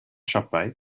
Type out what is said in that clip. siopau